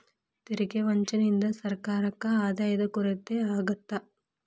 ತೆರಿಗೆ ವಂಚನೆಯಿಂದ ಸರ್ಕಾರಕ್ಕ ಆದಾಯದ ಕೊರತೆ ಆಗತ್ತ